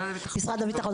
סליחה - משרד הביטחון,